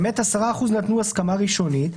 באמת 10% נתנו הסכמה ראשונית,